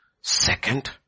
second